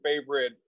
favorite